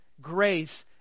grace